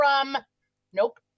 from—nope